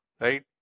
right